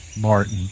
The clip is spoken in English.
Martin